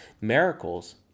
Miracles